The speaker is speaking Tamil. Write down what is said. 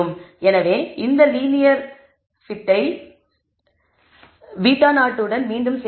எனவே நீங்கள் இந்த லீனியர் fit ஐ வித் β0 மீண்டும் செய்ய வேண்டும்